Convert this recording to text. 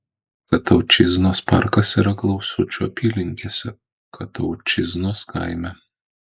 kataučiznos parkas yra klausučių apylinkėse kataučiznos kaime